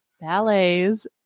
ballets